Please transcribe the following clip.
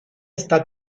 esta